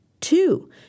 Two